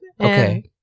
okay